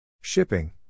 Shipping